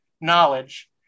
knowledge